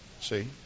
See